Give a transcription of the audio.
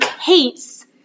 hates